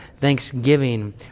thanksgiving